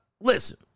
listen